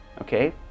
okay